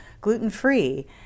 Gluten-free